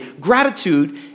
gratitude